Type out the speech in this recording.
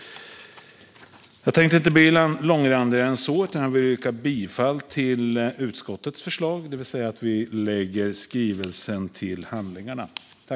Jag tänkte inte bli långrandigare än så, utan jag yrkar bifall till utskottets förslag att lägga skrivelsen till handlingarna.